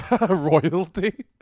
royalty